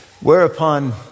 Whereupon